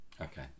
okay